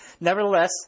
Nevertheless